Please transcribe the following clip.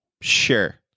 Sure